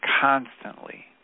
constantly